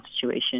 situation